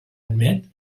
admet